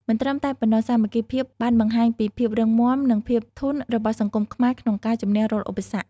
មិនត្រឹមតែប៉ុណ្ណោះ សាមគ្គីភាពបានបង្ហាញពីភាពរឹងមាំ និងភាពធន់របស់សង្គមខ្មែរក្នុងការជំនះរាល់ឧបសគ្គ។